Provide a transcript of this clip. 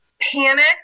Panic